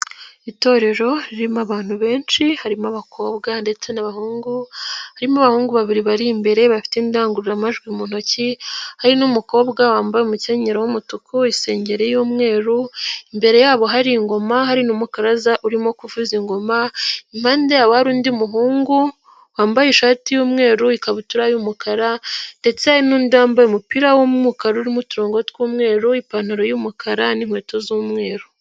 Itorero ririmo abantu benshi harimo abakobwa ndetse n'abahungu, harimo abahungu babiri bari imbere bafite indangururamajwi mu ntoki, hari n'umukobwa wambaye umukenyero w'umutuku, isengeri y'umweru, imbere yabo hari ingoma, hari n'umukaraza urimo kuvuza ingoma, impande yabo hari undi muhungu wambaye ishati y'umweru, ikabutura y'umukara ndetse n'undi wambaye umupira w'umukara urimo uturongongo tw'umweru, ipantaro y'umukara n'inkweto z'umweru.